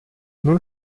nun